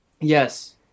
Yes